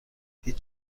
هیچ